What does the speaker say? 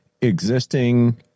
existing